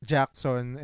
Jackson